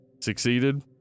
succeeded